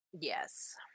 Yes